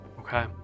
Okay